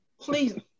Please